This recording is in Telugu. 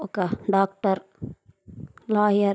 ఒక డాక్టర్ లాయర్